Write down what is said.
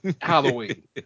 Halloween